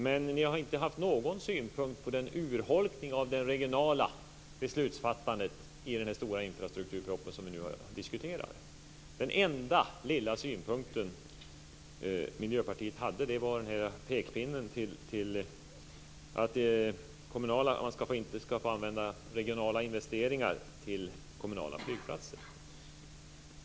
Men ni har inte haft någon synpunkt på urholkningen av det regionala beslutsfattandet i den stora infrastrukturproposition som vi nu diskuterar. Den enda lilla synpunkt Miljöpartiet hade var pekpinnen till att man inte ska få använda regionala investeringar till kommunala flygplatser.